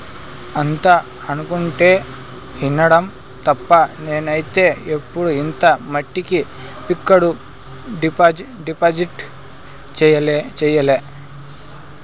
అంతా అనుకుంటుంటే ఇనడం తప్ప నేనైతే ఎప్పుడు ఇంత మట్టికి ఫిక్కడు డిపాజిట్ సెయ్యలే